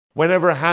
Whenever